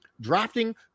Drafting